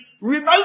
remote